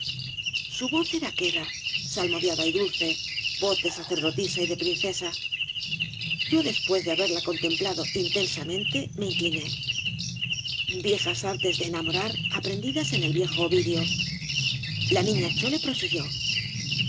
su voz era queda salmodiada y dulce voz de sacerdotisa y de princesa yo después de haberla contemplado intensamente me incliné viejas artes de enamorar aprendidas en el viejo ovidio la niña chole prosiguió en